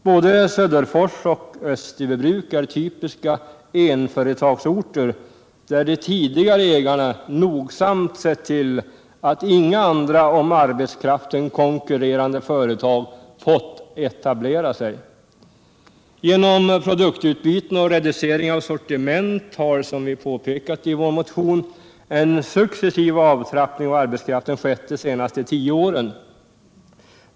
Både Söderfors och Österbybruk är typiska ettföretagsorter, där de tidigare ägarna nogsamt sett till att inga andra, om arbetskraften konkurrerande företag fått etablera sig. Genom produktutbyten och reduceringar av sortiment har, som vi påpekat i vår motion, en successiv avtrappning av arbetskraften skett de senaste tio åren.